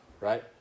right